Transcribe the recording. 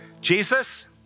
Jesus